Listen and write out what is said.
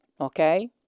okay